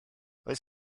oes